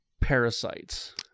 parasites